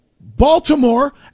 Baltimore